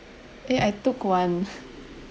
eh I took one